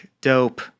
dope